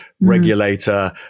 regulator